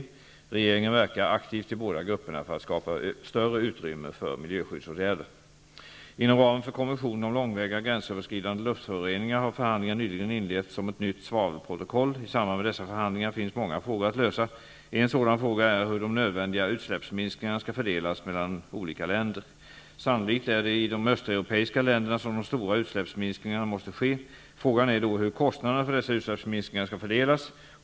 Regeringen verkar aktivt i båda grupperna för att skapa större utrymme för miljöskyddsåtgärder. Inom ramen för konventionen om långväga gränsöverskridande luftföroreningar har förhandlingar nyligen inletts om ett nytt svavelprotokoll. I samband med dessa förhandlingar finns många frågor att lösa. En sådan fråga är hur de nödvändiga utsläppsminskningarna skall fördelas mellan olika länder. Sannolikt är det i de östeuropeiska länderna som de stora utsläppsminskningarna måste ske. Frågan är då hur kostnaderna för dessa utsläppsminskningar skall fördelas.